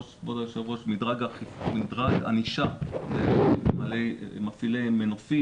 כבוד היושב ראש, מדרג ענישה למפעילי מנופים.